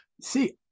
See